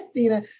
Dina